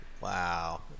Wow